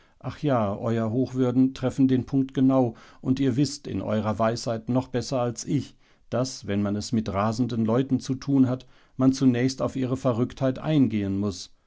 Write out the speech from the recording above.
ja euer hochwürden treffen den punkt genau und ihr wißt in eurer weisheit noch besser als ich daß wenn man es mit rasenden leuten zu tun hat man zunächst auf ihre verrücktheit eingehen muß